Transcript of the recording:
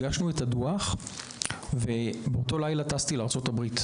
באותו לילה שבו הגשנו את הדוח אני טסתי לארצות הברית,